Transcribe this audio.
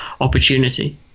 opportunity